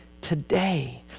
today